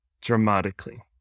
dramatically